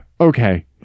okay